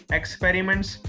experiments